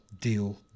deal